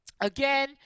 again